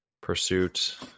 pursuit